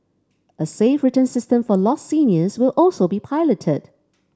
a safe return system for lost seniors will also be piloted